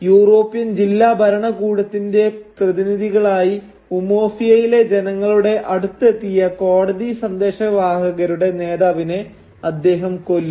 European ജില്ലാ ഭരണകൂടത്തിന്റെ പ്രതിനിധികളായി ഉമൊഫിയയിലെ ജനങ്ങളുടെ അടുത്തെത്തിയ കോടതി സന്ദേശ വാഹകരുടെ നേതാവിനെ അദ്ദേഹം കൊല്ലുന്നു